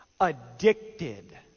Addicted